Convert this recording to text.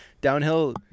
downhill